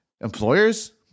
employers